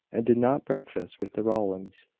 and did not breakfast with the rowlands.